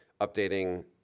updating